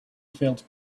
felt